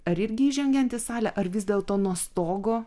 ar irgi įžengiant į salę ar vis dėlto nuo stogo